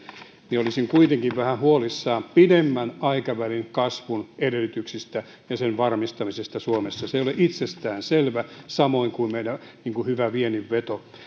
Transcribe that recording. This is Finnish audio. niin olisin kuitenkin vähän huolissani pidemmän aikavälin kasvun edellytyksistä ja sen varmistamisesta suomessa se ei ole itsestään selvää samoin kuin meidän hyvä viennin veto